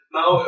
Now